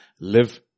live